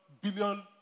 billion